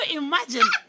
imagine